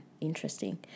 Interesting